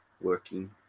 working